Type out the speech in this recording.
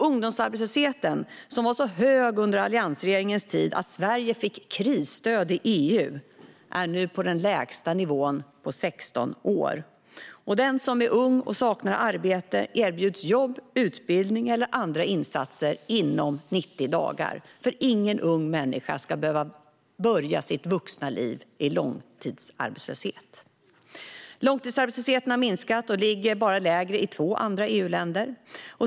Ungdomsarbetslösheten, som var så hög under alliansregeringens tid att Sverige fick krisstöd från EU, är nu på den lägsta nivån på 16 år. Den som är ung och saknar arbete erbjuds jobb, utbildning eller andra insatser inom 90 dagar. Ingen ung människa ska behöva börja sitt vuxna liv i långtidsarbetslöshet. Långtidsarbetslösheten har minskat och ligger bara lägre i två andra EU-länder.